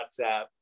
WhatsApp